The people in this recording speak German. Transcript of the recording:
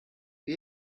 wie